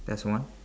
that's one